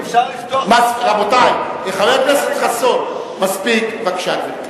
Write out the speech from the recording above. אפשר לפתוח, רבותי, חבר הכנסת חסון, מספיק, בבקשה.